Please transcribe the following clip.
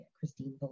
Christine